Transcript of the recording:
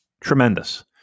Tremendous